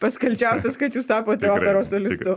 pats kalčiausias kad jūs tapote operos solistu